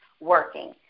working